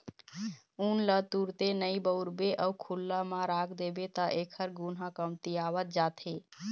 ऊन ल तुरते नइ बउरबे अउ खुल्ला म राख देबे त एखर गुन ह कमतियावत जाथे